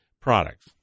products